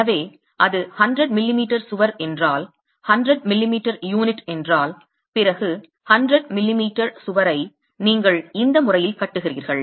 எனவே அது 100 மிமீ சுவர் என்றால் 100 மிமீ யூனிட் என்றால் பிறகு 100 மிமீ சுவரை நீங்கள் இந்த முறையில் கட்டுகிறீர்கள்